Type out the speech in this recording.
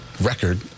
record